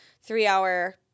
three-hour